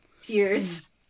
tears